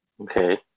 Okay